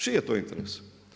Čiji je to interes?